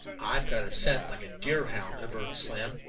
i've got a scent like a deerhound, averred slim.